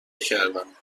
کردهام